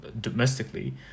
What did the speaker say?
domestically